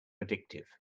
addictive